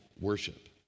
worship